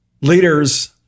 leaders